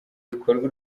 bikorwa